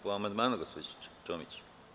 Po amandmanu gospođo Čomić?